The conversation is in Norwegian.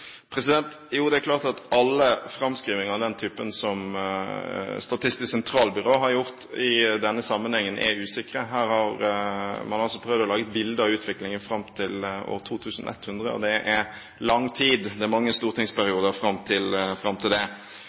Det er klart at alle framskrivinger av den typen som Statistiske sentralbyrå har gjort i denne sammenhengen, er usikre. Her har man altså prøvd å lage et bilde av utviklingen fram til år 2100, og det er lang tid. Det er mange stortingsperioder fram til